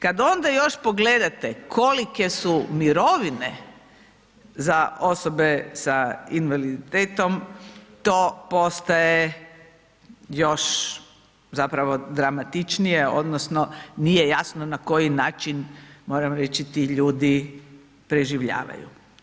Kada onda još pogledate kolike su mirovine za osobe s invaliditetom to postaje još zapravo dramatičnije, odnosno, nije jasno na koji način, moram reći ti ljudi preživljavaju.